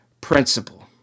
principle